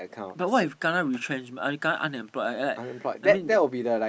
but what if kena retrench I mean kena unemployed like like I mean